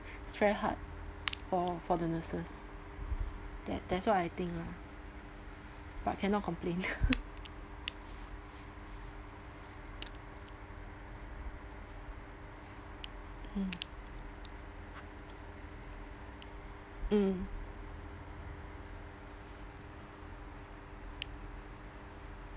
it's very hard for for the nurses that that's what I think lah but cannot complain mm mm